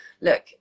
look